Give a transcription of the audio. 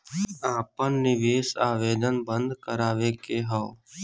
आपन निवेश आवेदन बन्द करावे के हौ?